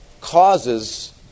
causes